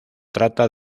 trata